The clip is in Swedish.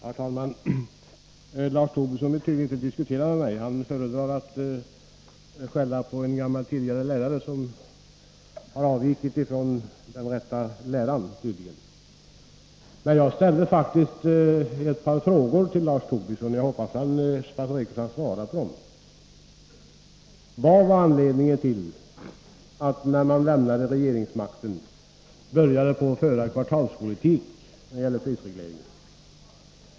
Herr talman! Lars Tobisson vill uppenbarligen inte diskutera med mig. Han föredrar att skälla på en tidigare lärare, som tydligen har avvikit från den rätta läran. Jag ställde faktiskt ett par frågor till Lars Tobisson. Jag hoppas han är beredd att ge svar på dem. Vad var anledningen till att moderaterna när de lämnade regeringsmakten började föra kvartalspolitik när det gäller prisregleringen?